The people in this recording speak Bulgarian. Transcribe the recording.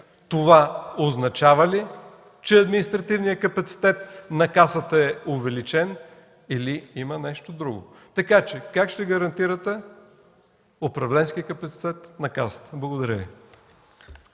Това означава ли, че административният капацитет на Касата е увеличен, или има нещо друго? Така че как ще гарантирате управленския капацитет на Касата? Благодаря.